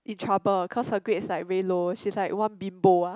in trouble cause her grades like very low she's like one bimbo ah